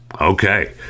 Okay